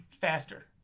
faster